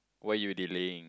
why you delaying